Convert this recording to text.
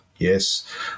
Yes